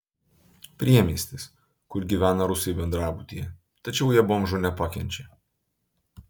priemiestis kur gyvena rusai bendrabutyje tačiau jie bomžų nepakenčia